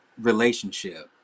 relationship